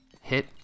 Hit